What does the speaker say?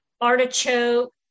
artichoke